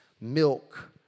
Milk